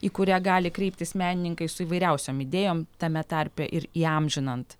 į kurią gali kreiptis menininkai su įvairiausiom idėjom tame tarpe ir įamžinant